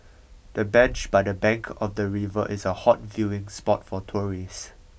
the bench by the bank of the river is a hot viewing spot for tourists